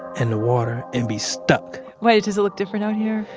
and the water, and be stuck why, does it look different out here?